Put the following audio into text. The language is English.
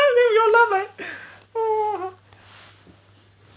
we all laugh leh oh